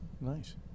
nice